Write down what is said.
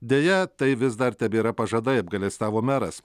deja tai vis dar tebėra pažadai apgailestavo meras